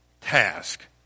task